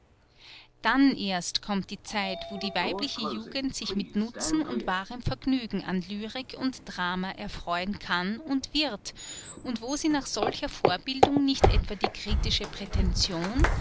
dann erst kommt die zeit wo die weibliche jugend sich mit nutzen und wahrem vergnügen an lyrik und drama erfreuen kann und wird und wo sie nach solcher vorbildung nicht etwa die kritische prätension